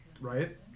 Right